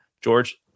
George